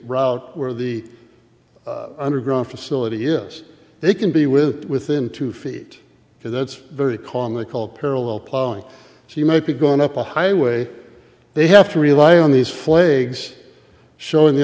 route where the underground facility is they can be with within two feet and that's very conical parallel plowing so you might be going up a highway they have to rely on these flags show in the